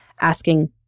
Asking